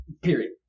period